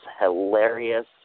hilarious